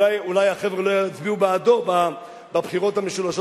אולי החבר'ה לא יצביעו בעדו בבחירות המשולשות,